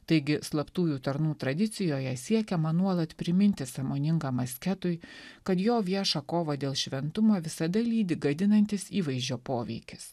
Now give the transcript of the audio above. taigi slaptųjų tarnų tradicijoje siekiama nuolat priminti sąmoningam asketui kad jo viešą kovą dėl šventumo visada lydi gadinantis įvaizdžio poveikis